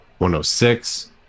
106